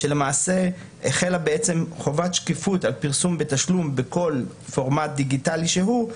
שהחלה חובת שקיפות על פרסום בתשלום בכל פורמט דיגיטלי שהוא,